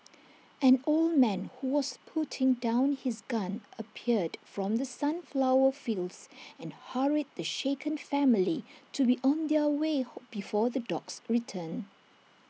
an old man who was putting down his gun appeared from the sunflower fields and hurried the shaken family to be on their way before the dogs return